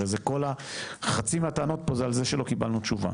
הרי חצי מהטענות פה זה על זה שלא קיבלנו תשובה,